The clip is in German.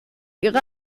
ihre